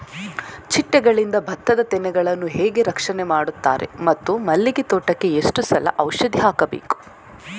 ಚಿಟ್ಟೆಗಳಿಂದ ಭತ್ತದ ತೆನೆಗಳನ್ನು ಹೇಗೆ ರಕ್ಷಣೆ ಮಾಡುತ್ತಾರೆ ಮತ್ತು ಮಲ್ಲಿಗೆ ತೋಟಕ್ಕೆ ಎಷ್ಟು ಸಲ ಔಷಧಿ ಹಾಕಬೇಕು?